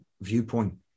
viewpoint